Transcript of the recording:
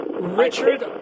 Richard